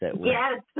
yes